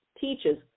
teaches